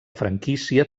franquícia